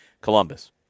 Columbus